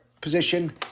position